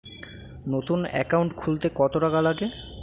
নতুন একাউন্ট খুলতে কত টাকা লাগে?